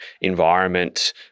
environment